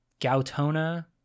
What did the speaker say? Gautona